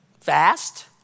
fast